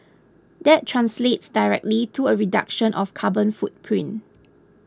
that translates directly to a reduction of carbon footprint